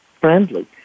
friendly